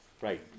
right